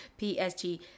PSG